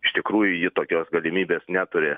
iš tikrųjų ji tokios galimybės neturi